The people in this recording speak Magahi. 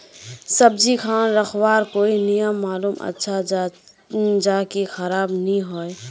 सब्जी खान रखवार कोई नियम मालूम अच्छा ज की खराब नि होय?